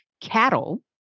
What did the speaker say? cattle